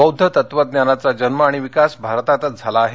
बौद्ध तत्वज्ञानाचा जन्म आणि विकास भारतातच झाला आहे